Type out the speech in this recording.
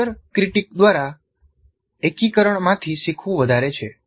peer critique દ્વારા એકીકરણમાંથી શીખવું વધારે છે